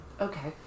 Okay